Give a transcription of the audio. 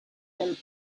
than